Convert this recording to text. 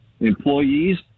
employees